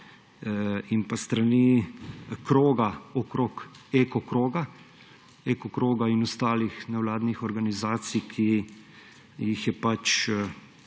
in s strani kroga okrog Eko kroga in ostalih nevladnih organizacij, ki jih je pač